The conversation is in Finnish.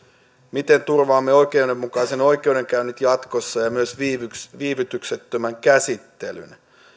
miten turvaamme oikeudenmukaiset oikeudenkäynnit jatkossa ja myös viivytyksettömän käsittelyn